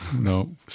No